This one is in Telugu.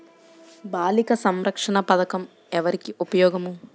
బాలిక సంరక్షణ పథకం ఎవరికి ఉపయోగము?